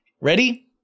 ready